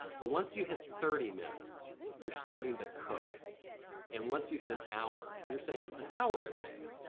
but once you hit thirty minutes you're starting to cook and once you hit an hour, if you're saying an hour a day,